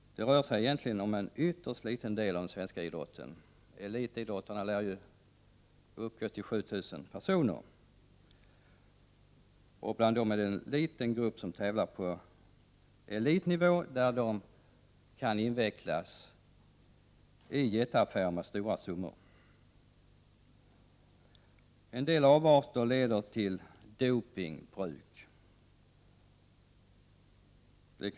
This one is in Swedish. Det rör sig egentligen om en ytterst liten del av den svenska idrotten. Antalet elitidrottare lär ju uppgå till 7 000 personer. Bland dem är det en liten grupp som tävlar på elitnivå, där de kan involveras i jätteaffärer med stora summor. Vissa avarter leder till bruk av dopningsmedel.